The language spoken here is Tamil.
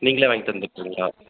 நீங்களே வாங்கி தந்துடறிங்களா